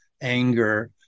anger